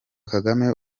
kagame